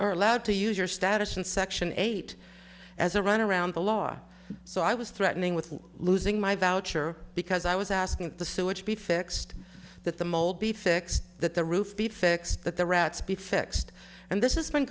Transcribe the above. led to use your status in section eight as a run around the law so i was threatening with losing my voucher because i was asking the sewage be fixed that the mold be fixed that the roof be fixed that the rats be fixed and this is been